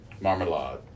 Marmalade